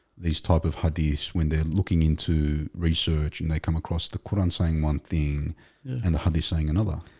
these type of hadees when they're looking into research and they come across the quran saying one thing and the hadees saying another